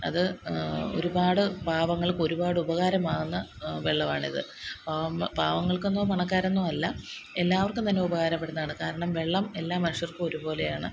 അത് ഒരുപാട് പാവങ്ങള്ക്ക് ഒരുപാട് ഉപകാരമാവുന്ന വെള്ളമാണിത് പാവം പാവങ്ങള്ക്കെന്നോ പണക്കാരെന്നോ അല്ല എല്ലാവര്ക്കും തന്നെ ഉപകാരപ്പെടുന്നതാണ് കാരണം വെള്ളം എല്ലാ മനുഷ്യര്ക്കും ഒരു പോലെയാണ്